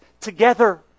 together